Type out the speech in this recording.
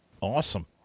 Awesome